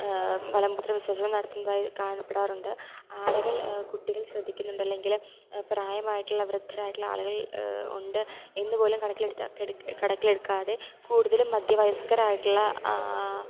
മലംമൂത്ര വിസർജനം നടത്തുന്നതായി കാണപ്പെടാറുണ്ട് ആളുകൾ കുട്ടികൾ ശ്രദ്ധിക്കുന്നുണ്ട് അല്ലെങ്കിൽ പ്രായമായിട്ടുള്ള വൃദ്ധരായിട്ടുള്ള ആളുകൾ ഉണ്ട് എന്ന് പോലും കണക്കിൽ എടുത്ത് കണക്കിൽ എടുക്കാതെ കൂടുതലും മധ്യവയസ്കരായിട്ടുള്ള